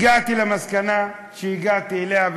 הגעתי למסקנה שהגעתי אליה,